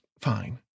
fine